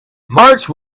march